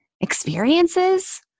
experiences